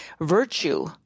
virtue